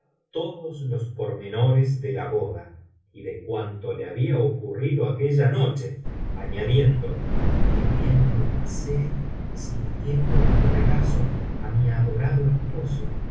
todos los pormenores de la boda y de cuanto le había ocurrido aquella noche añadiendo qué bien lo pasé sintiendo en mi regazo á mi adorado esposo